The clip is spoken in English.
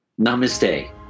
Namaste